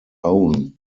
own